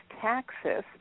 taxes